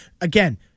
Again